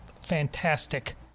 fantastic